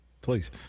please